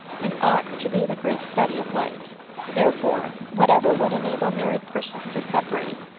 and ought to be the great study of life therefore, whatever would ena ble married persons to separate,